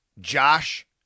Josh